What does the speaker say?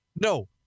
No